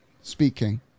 Speaking